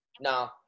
No